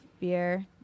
beer